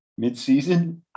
midseason